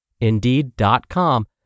Indeed.com